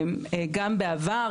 גם בעבר,